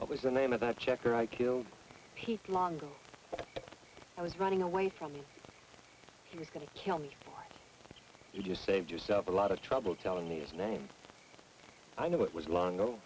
of was the name of that check or i killed pete long i was running away from me he was going to kill me you just saved yourself a lot of trouble telling me his name i know it was long ago